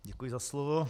Děkuji za slovo.